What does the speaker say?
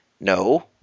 no